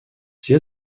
все